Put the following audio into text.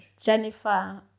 Jennifer